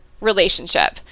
relationship